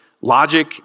logic